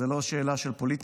זו לא שאלה של פוליטיקה,